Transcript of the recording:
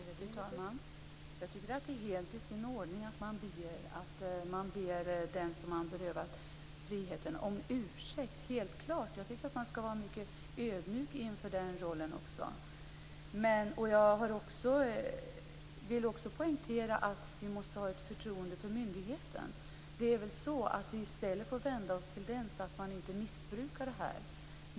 Fru talman! Jag tycker att det är helt i sin ordning att be den om ursäkt som berövats friheten; det är helt klart. Man skall vara mycket ödmjuk inför den rollen också. Jag vill dock även poängtera att vi måste ha ett förtroende för myndigheten. Det är väl så att vi i stället får vända oss till den, så att man inte missbrukar det här.